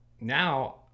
Now